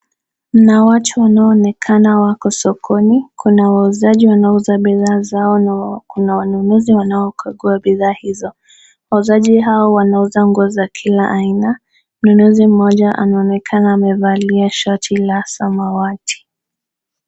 Kuna watu wanao onekana wako sokoni. Kuna wauzaji wanao uza bidhaa zao na kuna wanunuzi wanaokagua bidhaa hizo. Wauzaji wao wanauza nguo za kila aina. Mnunuzi mmoja anaonekana amevalia shati ya samawati.